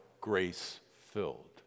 grace-filled